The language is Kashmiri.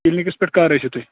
کِلنِکَس پیٚٹھ کَر ٲسِو تُہۍ